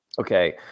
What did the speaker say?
Okay